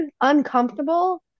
uncomfortable